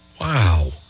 Wow